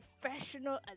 professional